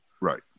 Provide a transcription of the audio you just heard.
Right